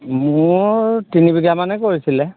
মোৰ তিনি বিঘামানেই কৰিছিলে